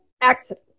accident